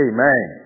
Amen